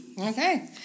Okay